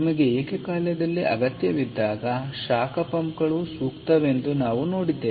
ಆದ್ದರಿಂದ ನಿಮಗೆ ಏಕಕಾಲದಲ್ಲಿ ಅಗತ್ಯವಿದ್ದಾಗ ಶಾಖ ಪಂಪ್ಗಳು ಸೂಕ್ತವೆಂದು ನಾವು ನೋಡಿದ್ದೇವೆ